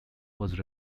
was